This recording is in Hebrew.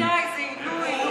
די, די, זה עינוי, נו.